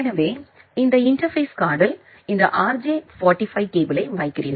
எனவே இந்த இன்டர்பேஸ் கார்டுயில் இந்த RJ45 கேபிளை வைக்கிறீர்கள்